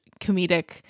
comedic